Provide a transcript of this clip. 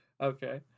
Okay